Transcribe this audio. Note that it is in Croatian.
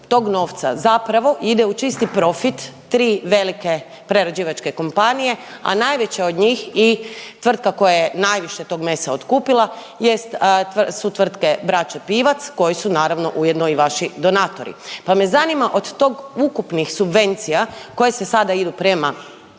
tog novca zapravo ide u čisti profit tri velike prerađivačke kompanije, a najveća od njih i tvrtka koja je najviše tog mesa otkupila jest, su tvrtke Brače Pivac, koji su naravno ujedno i vaši donatori. Pa me zanima od tog ukupnih subvencija koji se sada idu prema